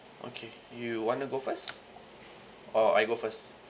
okay you want to go first or I go first